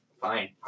Fine